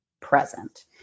present